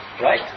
Right